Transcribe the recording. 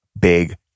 big